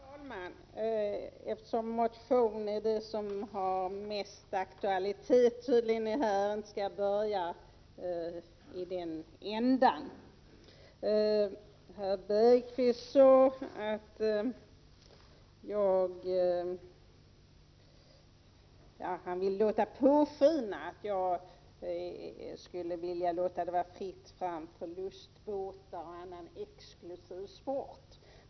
Herr talman! Eftersom motion är den mest aktuella frågan skall jag börja i den änden. Jan Bergqvist ville låta påskina att jag skulle vilja ha det fritt fram för lustbåtar och annan exklusiv sport.